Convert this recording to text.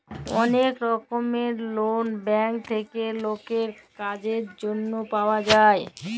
ওলেক রকমের loan bank থেক্যে লকের কামের জনহে পাওয়া যায়